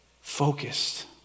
focused